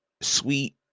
sweet